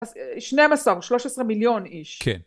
שניים עשר , 13 מיליון איש. כן.